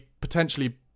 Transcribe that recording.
potentially